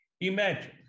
Imagine